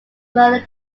murder